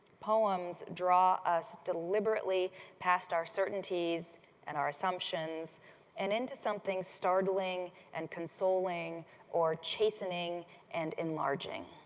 poems draw us deliberately past our certainties and our assumptions and into something startling and consoling or chastening and enlarging.